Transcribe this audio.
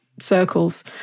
circles